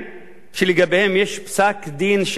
שלגביהם יש פסק-דין של בג"ץ,